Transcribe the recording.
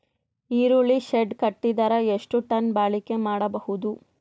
ಈರುಳ್ಳಿ ಶೆಡ್ ಕಟ್ಟಿದರ ಎಷ್ಟು ಟನ್ ಬಾಳಿಕೆ ಮಾಡಬಹುದು?